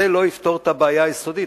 זה לא יפתור את הבעיה היסודית.